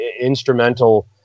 instrumental